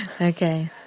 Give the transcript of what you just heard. Okay